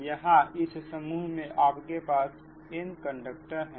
तो यहां इस समूह में आपके पास n कंडक्टर है